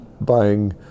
buying